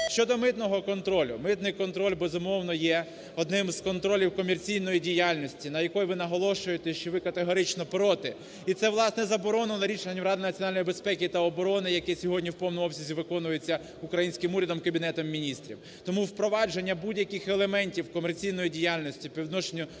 Щодо митного контролю. Митний контроль, безумовно, є одним з контролів комерційної діяльності, на якій ви наголошуєте, що ви категорично проти. І це, власне, заборону на рішення Ради національної безпеки і оборони, яке сьогодні у повному обсязі виконується українським урядом, Кабінетом Міністрів. Тому впровадження будь-яких елементів комерційної діяльності по